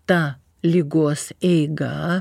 ta ligos eiga